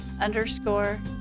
underscore